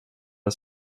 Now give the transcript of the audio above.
att